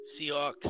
Seahawks